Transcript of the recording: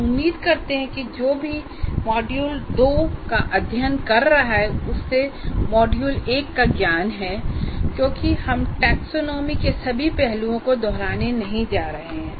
हम उम्मीद करते हैं कि जो कोई भी मॉड्यूल 2 का अध्ययन कर रहा है उसे मॉड्यूल 1 का ज्ञान है क्योंकि हम टैक्सोनॉमी के सभी पहलुओं को दोहराने नहीं जा रहे हैं